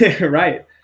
Right